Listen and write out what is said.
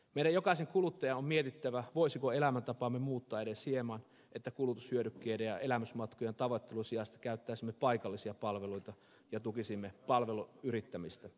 meidän jokaisen kuluttajan on mietittävä voisiko elämäntapaamme muuttaa edes hieman että kulutushyödykkeiden ja elämysmatkojen tavoittelun sijasta käyttäisimme paikallisia palveluita ja tukisimme palveluyrittämistä